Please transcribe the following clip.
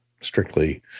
strictly